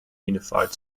unified